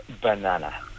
banana